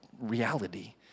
reality